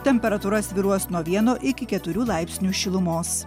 temperatūra svyruos nuo vieno iki keturių laipsnių šilumos